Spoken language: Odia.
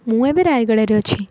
ମୁଁ ଏବେ ରାୟଗଡ଼ାରେ ଅଛି